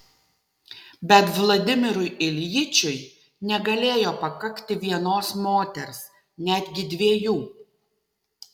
bet vladimirui iljičiui negalėjo pakakti vienos moters netgi dviejų